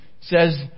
says